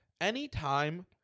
anytime